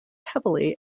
heavily